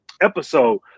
episode